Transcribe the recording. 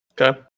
okay